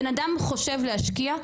בן אדם חושב להשקיע,